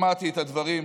שמעתי את הדברים.